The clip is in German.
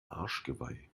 arschgeweih